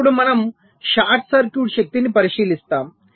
ఇప్పుడు మనము short circuit శక్తిని పరిశీలిస్తాము